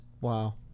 wow